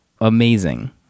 amazing